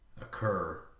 occur